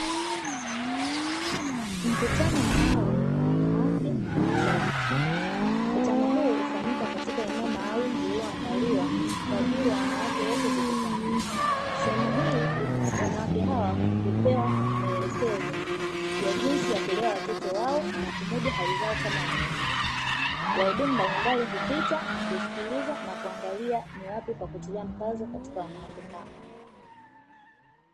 Mkutano maalumu wa wanawake na wazazi, mkutano huu hufanyika katika eneo maalumu lililoandaliwa kwa ajili ya wanawake wote kukutana. Sehemu hii, wanawake hawa hupewa maelekezo ya jinsi ya kulea watoto wao na kumudu hali zao kama wanawake. Wahudumu mbalimbali hupita kusikiliza na kuangalia ni wapi pakutilia mkazo katika wanawake hawa.